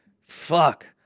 fuck